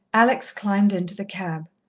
alex climbed into the cab.